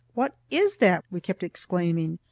what is that? we kept exclaiming.